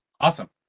Awesome